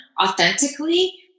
authentically